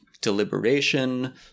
deliberation